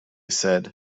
said